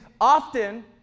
often